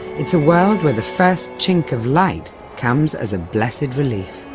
it's a world where the first chink of light comes as a blessed relief.